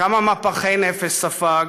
כמה מפחי נפש ספג.